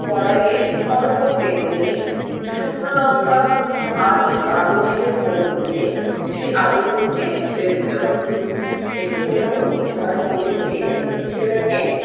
কড়াইয়ে অল্প তেল নিয়ে শুকনো লঙ্কা আর কালো জিরে ফোড়ন দিয়ে সে আলুগুলোকে ছেড়ে দিতে হবে একটু নুন আর হলুদ দিয়ে সেটাকে